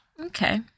Okay